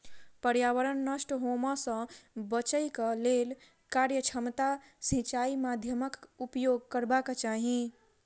पर्यावरण नष्ट होमअ सॅ बचैक लेल कार्यक्षमता सिचाई माध्यमक उपयोग करबाक चाही